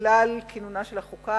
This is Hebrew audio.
בגלל כינונה של החוקה,